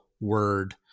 word